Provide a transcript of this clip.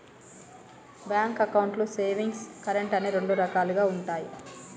bank అకౌంట్లు savings, current అని రెండు రకాలుగా ఉంటయి